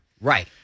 Right